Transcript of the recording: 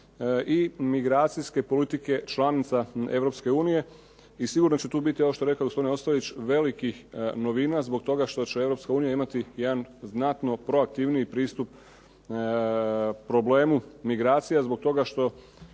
i migracijske politike članica Europske unije. I sigurno će tu biti ono što je rekao gospodin Ostojić velikih novina zbog toga što će Europska unija imati jedan znatno proaktivniji pristup problemu migracija zbog toga što